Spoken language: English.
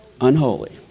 unholy